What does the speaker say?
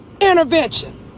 intervention